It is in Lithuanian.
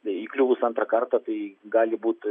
įkliuvus antrą kartą tai gali būt